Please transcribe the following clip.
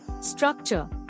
Structure –